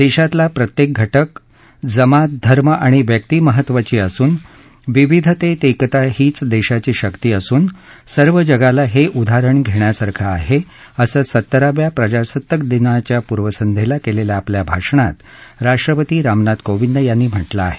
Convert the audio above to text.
देशातला प्रत्येक घटक जमात धर्म आणि व्यक्ती महत्त्वाची असून विविधतेत एकता हीच देशाची शक्ती असून सर्व जगाला हे उदाहरण घेण्यासारखं आहे असं सत्तराव्या प्रजासत्ताक दिनाच्या पुर्वसंध्येला केलेल्या आपल्या भाषणात राष्ट्रपती रामनाथ कोविंद यांनी म्हटलं आहे